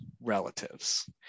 relatives